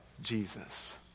Jesus